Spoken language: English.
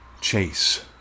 Chase